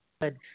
good